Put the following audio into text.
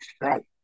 Right